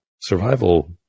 survival